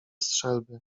strzelby